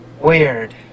Weird